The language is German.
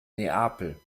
neapel